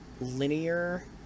linear